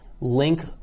Link